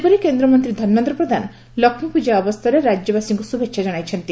ସେହିପରି କେହ୍ରମନ୍ତୀ ଧର୍ମେହ୍ର ପ୍ରଧାନ ଲକ୍ଷୀ ପୂଜା ଅବସରରେ ରାକ୍ୟବାସୀଙ୍କୁ ଶୁଭେଛା ଜଣାଇଛନ୍ତି